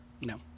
No